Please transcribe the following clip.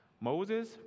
Moses